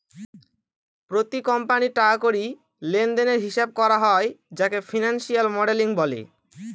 প্রতি কোম্পানির টাকা কড়ি লেনদেনের হিসাব করা হয় যাকে ফিনান্সিয়াল মডেলিং বলে